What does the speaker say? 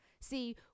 See